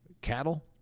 cattle